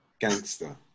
Gangster